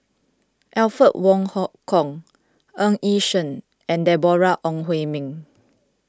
Alfred Wong Hong Kwok Ng Yi Sheng and Deborah Ong Hui Min